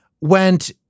went